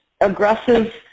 aggressive